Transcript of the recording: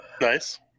Nice